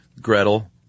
Gretel